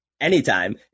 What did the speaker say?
Anytime